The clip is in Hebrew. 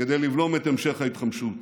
כדי לבלום את המשך ההתחמשות.